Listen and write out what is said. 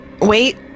wait